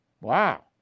Wow